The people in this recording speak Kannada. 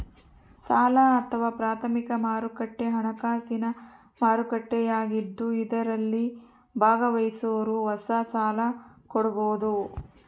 ಸಾಲ ಅಥವಾ ಪ್ರಾಥಮಿಕ ಮಾರುಕಟ್ಟೆ ಹಣಕಾಸಿನ ಮಾರುಕಟ್ಟೆಯಾಗಿದ್ದು ಇದರಲ್ಲಿ ಭಾಗವಹಿಸೋರು ಹೊಸ ಸಾಲ ಕೊಡಬೋದು